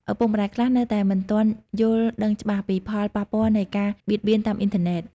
ឪពុកម្ដាយខ្លះនៅតែមិនទាន់យល់ដឹងច្បាស់ពីផលប៉ះពាល់នៃការបៀតបៀនតាមអ៊ីនធឺណិត។